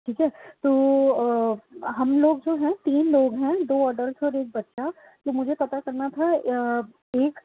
ٹھیک ہے تو ہم لوگ جو ہیں تین لوگ ہیں دو اڈلٹ اور ایک بچہ تو مجھے پتہ کرنا تھا ایک